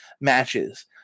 matches